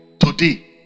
Today